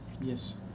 Yes